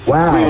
Wow